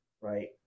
right